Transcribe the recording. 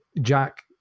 jack